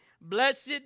Blessed